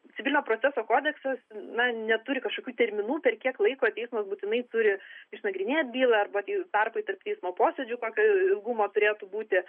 civilinio proceso kodeksas na neturi kažkokių terminų per kiek laiko teismas būtinai turi išnagrinėt bylą arba tarpai tarp teismo posėdžių kokio ilgumo turėtų būti